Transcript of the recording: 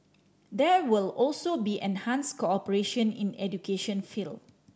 there will also be enhanced cooperation in education field